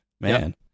Man